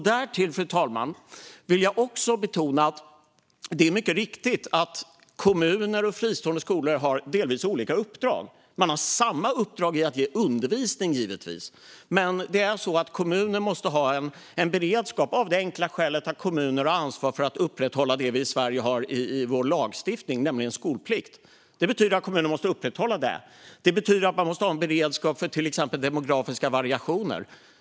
Därtill vill jag betona att det är mycket riktigt att kommuner och fristående skolor delvis har olika uppdrag. Man har samma uppdrag när det gäller att ge undervisning, givetvis, men kommuner måste ha en beredskap av det enkla skälet att de har ansvar för att upprätta det som står inskrivet i vår lagstiftning i Sverige, alltså skolplikten. Det betyder att kommunerna måste upprätthålla detta. Det betyder att man måste ha en beredskap för till exempel demografiska variationer.